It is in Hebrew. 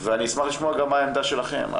ואני אשמח לשמוע גם מה העמדה שלכם.